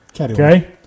Okay